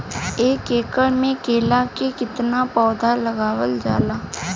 एक एकड़ में केला के कितना पौधा लगावल जाला?